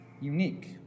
unique